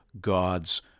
God's